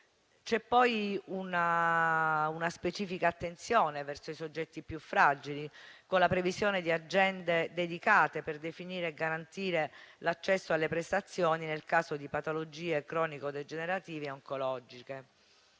C'è poi una specifica attenzione verso i soggetti più fragili, con la previsione di agende dedicate per definire e garantire l'accesso alle prestazioni nel caso di patologie cronico-degenerative e oncologiche.